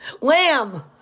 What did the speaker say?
Lamb